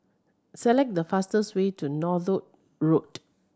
select the fastest way to Northolt Road